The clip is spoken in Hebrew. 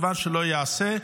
דבר שלא ייעשה,